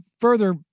further